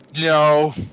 No